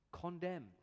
condemned